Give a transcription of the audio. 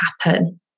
happen